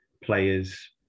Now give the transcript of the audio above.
players